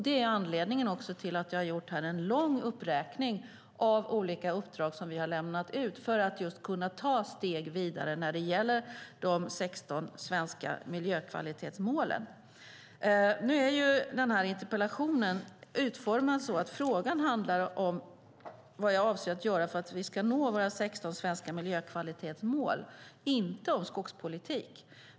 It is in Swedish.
Det är anledningen till att jag här har gjort en lång uppräkning av olika uppdrag som vi har lämnat ut för att just kunna ta steg vidare när det gäller de 16 svenska miljökvalitetsmålen. Nu är den här interpellationen utformad så att frågan handlar om vad jag avser att göra för att vi ska nå våra 16 svenska miljökvalitetsmål. Den handlar inte om skogspolitik.